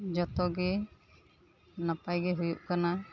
ᱡᱚᱛᱚ ᱜᱮ ᱱᱟᱯᱟᱭᱜᱮ ᱦᱩᱭᱩᱜ ᱠᱟᱱᱟ